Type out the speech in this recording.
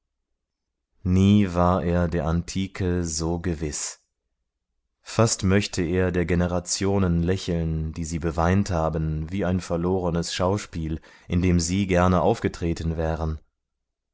nie war er der antike so gewiß fast möchte er der generationen lächeln die sie beweint haben wie ein verlorenes schauspiel in dem sie gerne aufgetreten wären